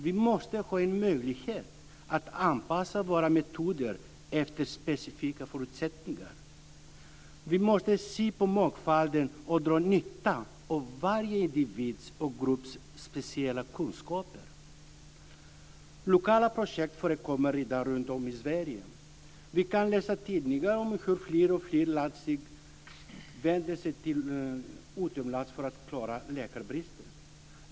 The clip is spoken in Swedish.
Vi måste få en möjlighet att anpassa våra metoder efter specifika förutsättningar. Vi måste se på mångfalden och dra nytta av varje individs och grupps speciella kunskaper. Lokala projekt förekommer i dag runtom i Sverige. Vi kan läsa i tidningarna om hur fler och fler landsting vänder sig utomlands för att lösa läkarbristen.